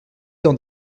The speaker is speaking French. dans